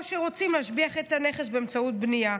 או כשרוצים להשביח את הנכס באמצעות בנייה.